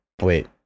Wait